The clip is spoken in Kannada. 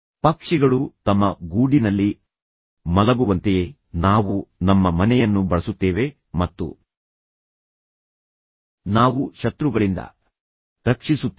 ಪಕ್ಷಿಗಳು ತಮ್ಮ ಗೂಡಿನಲ್ಲಿ ಮಲಗುವಂತೆಯೇ ನಾವು ನಮ್ಮ ಮನೆಯನ್ನು ಬಳಸುತ್ತೇವೆ ಮತ್ತು ನಾವು ಶತ್ರುಗಳಿಂದ ರಕ್ಷಿಸುತ್ತೇವೆ